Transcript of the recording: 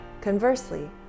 Conversely